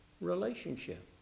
relationship